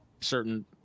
certain